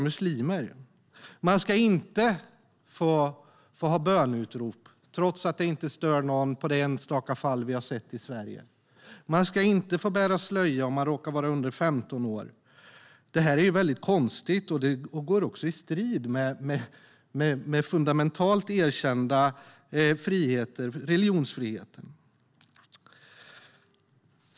Muslimer ska inte få ha böneutrop, trots att det inte stör någon i de enstaka fall som vi har haft i Sverige. De ska inte få bära slöja om de råkar vara under 15 år. Detta är mycket konstigt, och det står också i strid med en fundamentalt erkänd frihet, nämligen religionsfriheten.